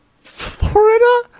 Florida